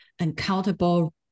uncountable